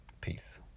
Peace